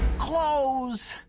close.